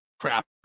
crap